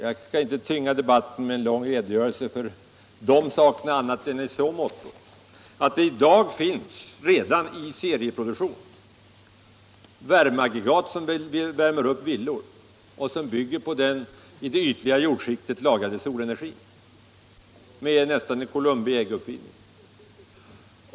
Jag skall inte tynga debatten med en redogörelse för dessa annat än i så måtto att det redan i dag finns i serieproduktion aggregat för villauppvärmning som bygger på den i det ytliga jordskiktet lagrade solenergin och med en problemlösning som för tanken till Kolumbi ägg.